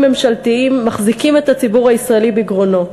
ממשלתיים מחזיקים את הציבור הישראלי בגרונו.